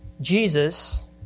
Jesus